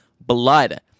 blood